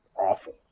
awful